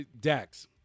dax